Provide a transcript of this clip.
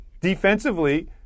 defensively